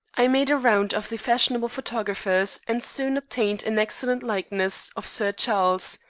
i made a round of the fashionable photographers and soon obtained an excellent likeness of sir charles.